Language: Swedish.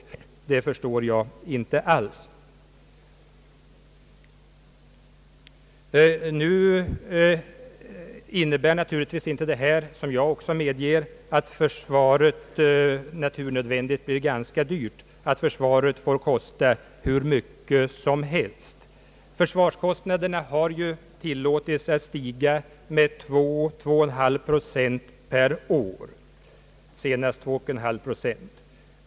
Nu innebär naturligtvis inte det förhållandet att försvaret naturnödvändigt blir ganska dyrt att det får kosta hur mycket som helst. Försvarskostnaderna har ju tillåtits att stiga med 2 å 2,5 procent per år — senast med 2,5 procent.